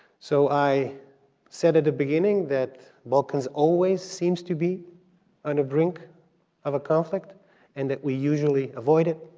so i said at the beginning that balkans always seems to be on the brink of a conflict and that we usually avoid it.